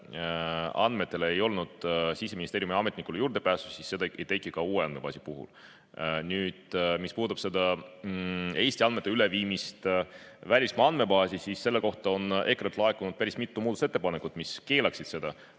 kaitseväe andmetele ei olnud Siseministeeriumi ametnikul juurdepääsu, siis seda ei teki ka uue andmebaasi puhul. Nüüd, mis puudutab seda Eesti andmete üleviimist välismaa andmebaasi, siis selle kohta on EKRE-lt laekunud päris mitu muudatusettepanekut, mis keelaksid seda.